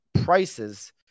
prices